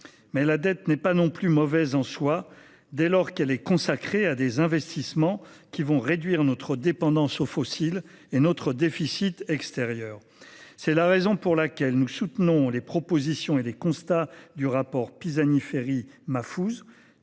La dette n’est pas mauvaise en soi dès lors qu’elle est consacrée à des investissements qui vont réduire notre dépendance aux fossiles et notre déficit extérieur. C’est la raison pour laquelle nous soutenons les constats et les propositions du rapport de Jean